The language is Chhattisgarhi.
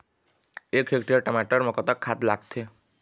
एक हेक्टेयर टमाटर म कतक खाद लागथे?